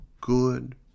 good